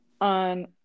on